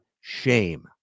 Shame